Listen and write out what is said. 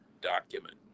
document